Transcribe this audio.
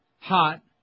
hot